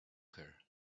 her